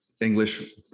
English